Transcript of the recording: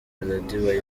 melody